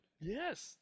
Yes